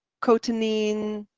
cotinine,